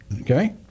Okay